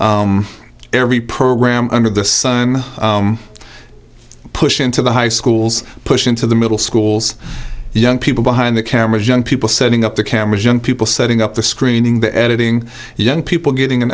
every program under the sun push into the high schools push into the middle schools young people behind the cameras young people setting up the cameras young people setting up the screening the editing young people getting an